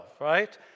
right